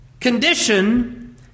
condition